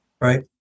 Right